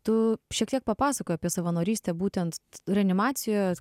tu šiek tiek papasakojai apie savanorystę būtent reanimacijoje